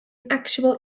actual